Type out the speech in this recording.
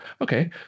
Okay